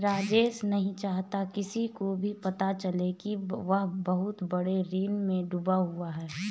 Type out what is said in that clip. राजेश नहीं चाहता किसी को भी पता चले कि वह बहुत बड़े ऋण में डूबा हुआ है